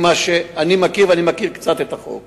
ואני מכיר קצת את החוק.